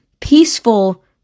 peaceful